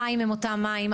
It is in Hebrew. המים הם אותם מים,